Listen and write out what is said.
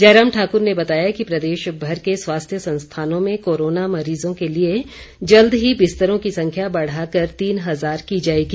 जयराम ठाकुर ने बताया कि प्रदेशभर के स्वास्थ्य संस्थानों में कोरोना मरीजों के लिए जल्द ही बिस्तरों की संख्या बढ़ाकर तीन हजार की जाएगी